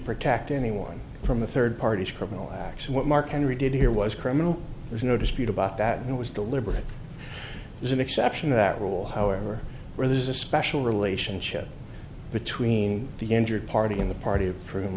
protect anyone from a third party's criminal acts what mark henry did here was criminal there's no dispute about that was deliberate is an exception to that rule however where there's a special relationship between the injured party in the party of for him